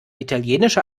italienische